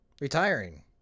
retiring